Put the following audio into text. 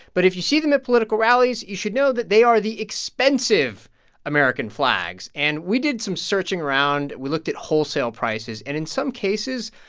but if you see them at political rallies, you should know that they are the expensive american flags. and we did some searching around. we looked at wholesale prices. and in some cases,